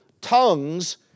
tongues